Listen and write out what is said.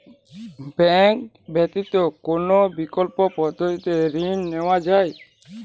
Bank ব্যতিত কোন বিকল্প পদ্ধতিতে ঋণ নেওয়া যায়?